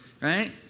Right